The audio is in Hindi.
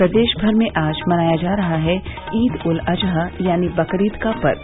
प्रदेश भर में आज मनाया जा रहा है ईद उल अजहा यानी बकरीद का पर्व